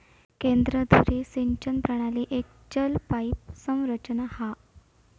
केंद्र धुरी सिंचन प्रणाली एक चल पाईप संरचना हा